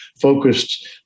focused